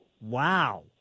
Wow